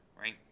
right